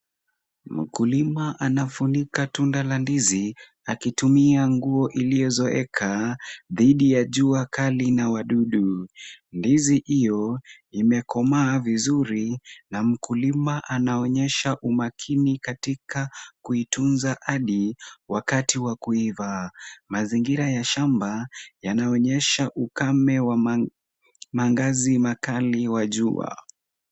Mkulima anafunika tunda la ndizi akitumia nguo iliyozeeka dhidi ya jua kali na wadudu. Ndizi hiyo imekomaa vizuri na mkulima anaonyesha umakini katika kuitunza hadi wakati wa kuiva. Mazingira ya shamba yanaonyesha ukame wa mang'aza makali wa jua.